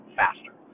faster